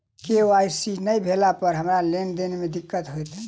KYC नै भेला पर हमरा लेन देन मे दिक्कत होइत?